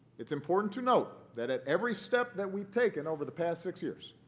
it's important to note that at every step that we've taken over the past six years